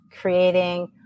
creating